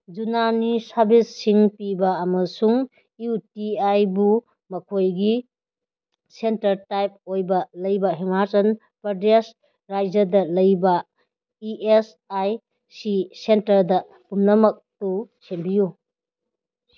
ꯌꯨꯅꯥꯅꯤ ꯁꯥꯚꯤꯁꯁꯤꯡ ꯄꯤꯕ ꯑꯃꯁꯨꯡ ꯌꯨ ꯇꯤ ꯑꯥꯏꯕꯨ ꯃꯈꯣꯏꯒꯤ ꯁꯦꯟꯇꯔ ꯇꯥꯏꯞ ꯑꯣꯏꯕ ꯂꯩꯕ ꯍꯤꯃꯥꯆꯜ ꯄ꯭ꯔꯗꯦꯁ ꯔꯥꯖ꯭ꯌꯥꯗ ꯂꯩꯕ ꯏ ꯑꯦꯁ ꯑꯥꯏ ꯁꯤ ꯁꯦꯟꯇꯔꯗ ꯄꯨꯝꯅꯃꯛꯇꯨ ꯁꯦꯝꯕꯤꯌꯨ